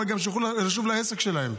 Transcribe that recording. אבל גם שיוכלו לשוב לעסק שלהם.